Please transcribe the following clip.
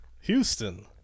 Houston